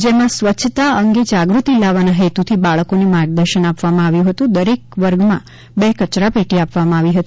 જેમાં સ્વચ્છતા અંગે જાગૃતિ લાવવાના હેતુથી બાળકોને માર્ગદર્શન આપવામાં આવ્યું હતું અને દરેક વર્ગને બે કચરાપેટી આપવામાં આવી હતી